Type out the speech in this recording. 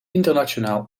internationaal